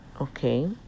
Okay